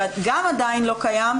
שגם עדיין לא קיים,